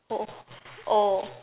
oh oh